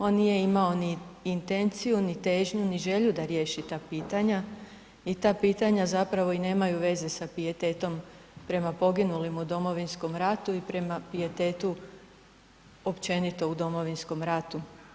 On nije imao ni intenciju ni težnju ni želju da riješi ta pitanja i ta pitanja zapravo i nemaju veze sa pijetetom prema poginulim u Domovinskom ratu i prema pijetetu općenito u Domovinskom ratu.